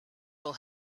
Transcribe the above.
will